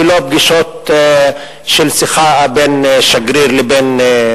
ולא פגישות או שיחה בין שגריר לבין